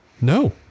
No